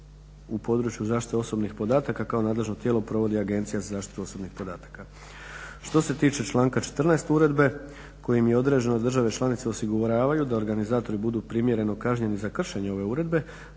u području zaštite osobnih podataka kao nadležno tijelo provodi Agencija za zaštitu osobnih podataka. Što se tiče članka 14. uredbe kojim je određeno da države članice osiguravaju da organizatori budu primjereno kažnjeni za kršenje ove uredbe